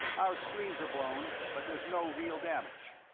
our screens are blown, but there's no real damage.